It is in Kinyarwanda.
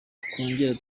twongere